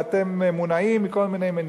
ואתם מונעים מכל מיני מניעים.